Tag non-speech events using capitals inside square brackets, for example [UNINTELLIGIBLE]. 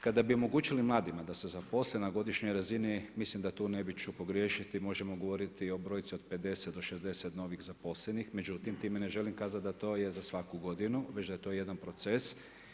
Kada bi omogućili mladima da se zaposle na godišnjoj razini, mislim da tu … [UNINTELLIGIBLE] pogriješiti možemo govoriti o brojci od 50 do 60 novih zaposlenih, međutim, time ne želim kazati da to je za svaku godinu, već da je to jedan proces.